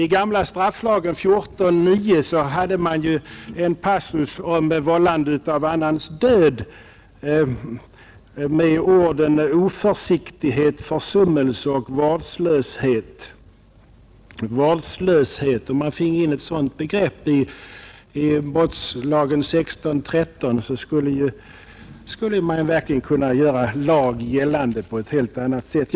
I den gamla strafflagens 14 kap. 9 § fanns en passus om vållande av annans död där orden ”oförsiktighet, försummelse och vårdslöshet” återfanns. Finge man in ett sådant begrepp som vårdslöshet i 16 kap. 13 § brottsbalken, skulle man verkligen kunna göra lag gällande på ett helt annat sätt.